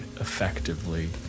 effectively